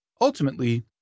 Ultimately